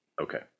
Okay